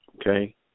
okay